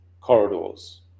corridors